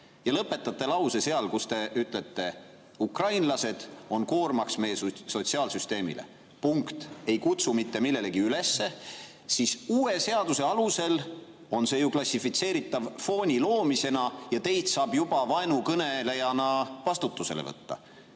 ja lõpetate [oma jutu] seal, kus te ütlete, et ukrainlased on koormaks meie sotsiaalsüsteemile, ja ei kutsu mitte millelegi üles, siis uue seaduse alusel oleks see ju klassifitseeritav fooni loomisena ja teid saaks juba vaenukõnelejana vastutusele võtta.